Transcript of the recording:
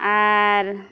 ᱟᱨ